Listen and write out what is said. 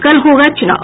कल होगा चुनाव